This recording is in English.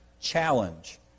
challenge